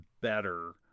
better